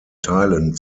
teilen